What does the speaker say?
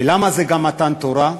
ולמה זה גם מתן תורה?